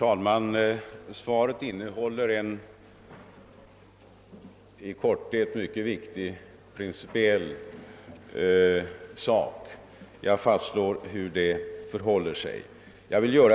Herr talman! I mitt svar redovisade jag i korthet de principer som tillämpas.